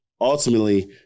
ultimately